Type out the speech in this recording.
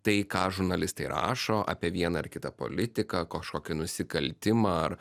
tai ką žurnalistai rašo apie vieną ar kitą politiką kažkokį nusikaltimą ar